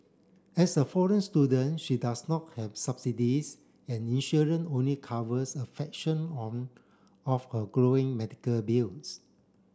as a foreign student she does not have subsidies and insurance only covers a fraction on of her growing medical bills